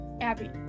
Abby